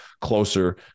closer